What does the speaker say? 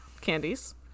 candies